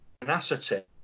tenacity